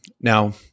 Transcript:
Now